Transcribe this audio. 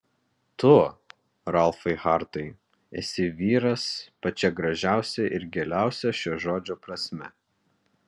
tu ralfai hartai esi vyras pačia gražiausia ir giliausia šio žodžio prasme